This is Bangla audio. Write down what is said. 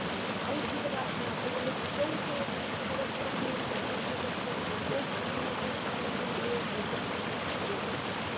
মানে সাইড দিতে পারছি না তবু লোক চলো চলো দিদি সরো সরো আমি উঠবো আমি উঠবো করছে ওই ভিড়ের মধ্যে স্বামীকে নিয়ে পরিবারদের নিয়ে সব গেলাম সেখানে